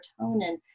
serotonin